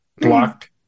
blocked